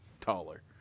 taller